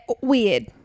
weird